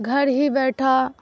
گھر ہی بیٹھا